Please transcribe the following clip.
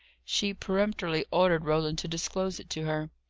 she peremptorily ordered roland to disclose it to her.